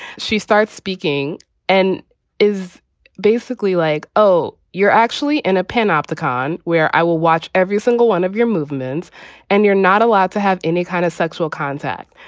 she starts speaking and is basically like, oh, you're actually in a panopticon where i will watch every single one of your movements and you're not allowed to have any kind of sexual contact.